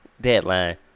deadline